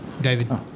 David